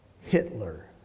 Hitler